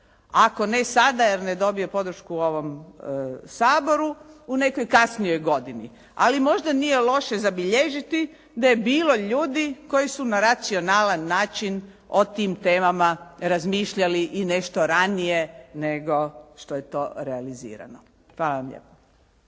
Ako ne sada jer ne dobije podršku u ovom Saboru u nekoj kasnijoj godini, ali možda nije loše zabilježiti da je bilo ljudi koji su na racionalan način o tim temama razmišljali i nešto ranije nego što je to realizirano. Hvala vam lijepo.